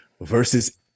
versus